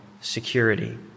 security